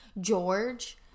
George